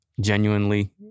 genuinely